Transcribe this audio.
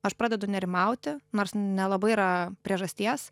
aš pradedu nerimauti nors nelabai yra priežasties